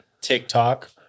TikTok